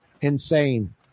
Insane